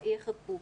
שיחכו.